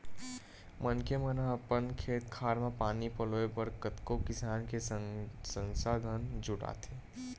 मनखे मन ह अपन खेत खार म पानी पलोय बर कतको किसम के संसाधन जुटाथे